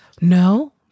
No